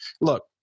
look